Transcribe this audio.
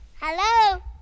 Hello